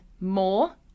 more